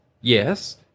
Yes